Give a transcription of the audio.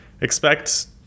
expect